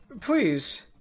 please